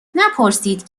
نپرسید